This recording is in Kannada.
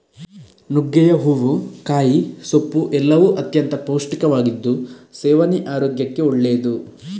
ನುಗ್ಗೆಯ ಹೂವು, ಕಾಯಿ, ಸೊಪ್ಪು ಎಲ್ಲವೂ ಅತ್ಯಂತ ಪೌಷ್ಟಿಕವಾಗಿದ್ದು ಸೇವನೆ ಆರೋಗ್ಯಕ್ಕೆ ಒಳ್ಳೆದ್ದು